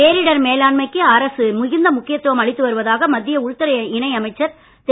பேரிடர் மேலாண்மைக்கு அரசு மிகுந்த முக்கியத்துவம் அளித்து வருவதாக மத்திய உள்துறை இணையமைச்சர் திரு